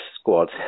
squad